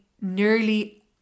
nearly